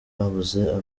babuze